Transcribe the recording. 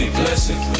blessing